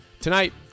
tonight